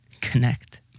connect